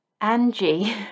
Angie